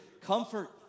Comfort